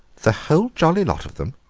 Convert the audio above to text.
the whole jolly lot of them.